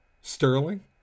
Sterling